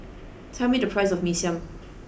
tell me the price of mee siam